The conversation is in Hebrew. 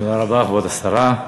תודה רבה, כבוד השרה.